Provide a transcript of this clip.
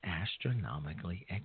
astronomically